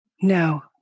No